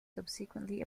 subsequently